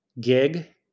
gig